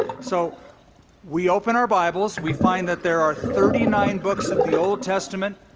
so we open our bibles, we find that there are thirty nine books of the old testament,